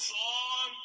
song